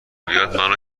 بیاد، منو